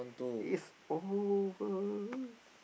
it's over